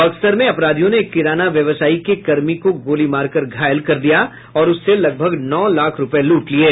बक्सर में अपराधियों ने एक किराना व्यवसायी के कर्मी को गोली मारकर घायल कर दिया और उससे लगभग नौ लाख रूपये लूट लिये